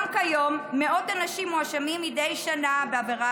גם כיום מאות אנשים מואשמים מדי שנה בעבירה